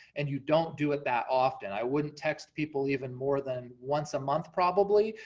and you don't do it that often. i wouldn't text people even more than once a month, probably,